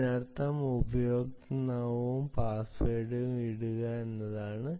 അതിനർത്ഥം ഉപയോക്തൃനാമവും പാസ്വേഡും ഇടുക എന്നതാണ്